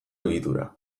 egitura